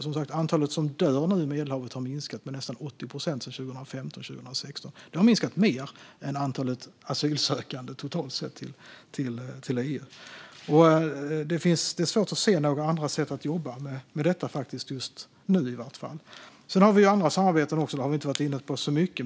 Som sagt har antalet som dör i Medelhavet minskat med nästan 80 procent sedan 2015 och 2016. Det har minskat mer än antalet asylsökande till EU totalt sett. Det är svårt att se några andra sätt att jobba med detta just nu i alla fall. Sedan har vi andra samarbeten som vi inte har varit inne på så mycket.